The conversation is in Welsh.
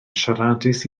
siaradus